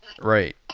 Right